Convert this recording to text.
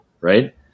right